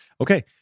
Okay